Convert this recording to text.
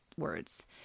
words